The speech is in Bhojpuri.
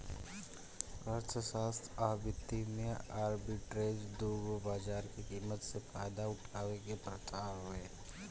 अर्थशास्त्र आ वित्त में आर्बिट्रेज दू गो बाजार के कीमत से फायदा उठावे के प्रथा हवे